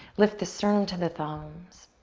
lift the sternum to the thumbs.